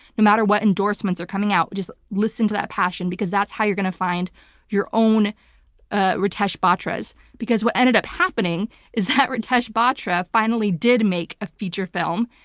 no matter what endorsements are coming out, just listen to that passion because that's how you're going to find your own ah ritesh batras because what ended up happening is that ritesh batra finally did make a feature film.